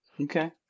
Okay